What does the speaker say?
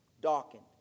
darkened